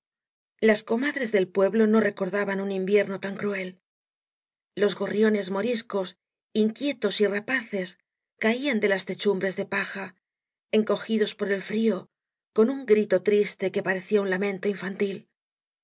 las coma dres del pueblo no recordaban un invierno tam cruel los gorriones moriscos inquietos y rapa caicas y barro caían de las techutnbrea da paja encogidos por el frío con un grito triste que parecía ua lameato infantil